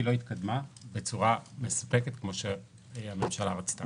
לא התקדמה בצורה מספקת כמו שהממשלה רצתה.